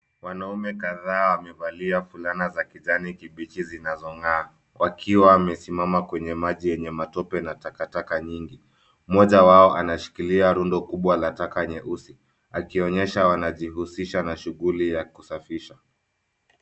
Wanaume kadhaa wamevalia fulana za kijani kibichi zinazong'aa wakiwa wamesimama kwenye maji yenye matope na takataka nyingi. Mmoja wao anashikilia rundo kubwa la taka nyeusi akionyesha wanajihusisha na shughuli ya kusafisha.